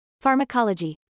Pharmacology